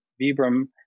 Vibram